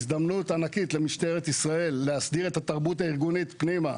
הזדמנות ענקית למשטרת ישראל להסדיר את התרבות הארגונית פנימה.